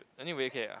anyway okay ya